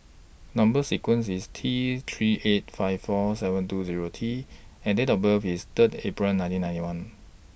Number sequence IS T three eight five four seven two Zero T and Date of birth IS Third April nineteen ninety one